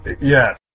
Yes